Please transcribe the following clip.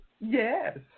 Yes